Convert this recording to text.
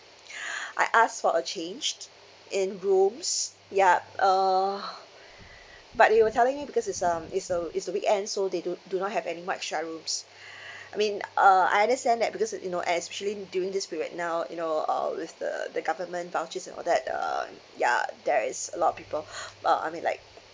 I asked for a change in rooms ya uh but they were telling me because it's um it's a it's a weekend so they do do not have any much share rooms I mean uh I understand that because that you know especially during this period now you know uh with the the government vouchers and all that uh ya there is a lot of people uh I mean like